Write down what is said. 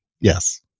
Yes